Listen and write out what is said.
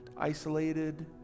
isolated